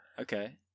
Okay